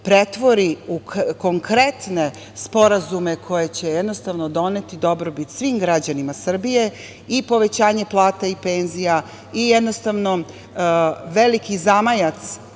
pretvori u konkretne sporazume, koji će doneti dobrobit svim građanima Srbije i povećanje plata i penzija i veliki zamajac,